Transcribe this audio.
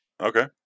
Okay